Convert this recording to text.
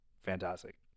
fantastic